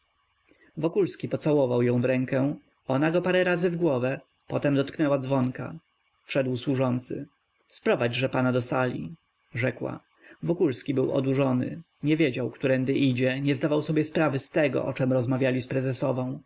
wokulski pocałował ją w rękę ona go parę razy w głowę potem dotknęła dzwonka wszedł służący sprowadźże pana do sali rzekła wokulski był odurzony nie wiedział którędy idzie nie zdawał sobie sprawy z tego o czem rozmawiali z prezesową